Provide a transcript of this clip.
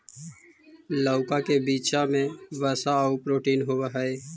लउका के बीचा में वसा आउ प्रोटीन होब हई